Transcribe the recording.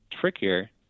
trickier